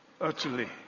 utterly